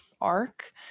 arc